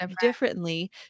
differently